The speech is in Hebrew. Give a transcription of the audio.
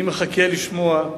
אני מחכה לשמוע,